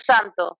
Santo